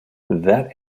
that